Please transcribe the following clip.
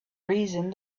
reason